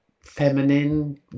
Feminine